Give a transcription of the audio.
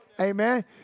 Amen